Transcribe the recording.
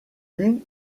une